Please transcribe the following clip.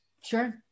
sure